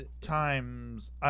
times